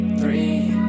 three